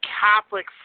Catholic